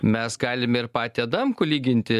mes galim ir patį adamkų lyginti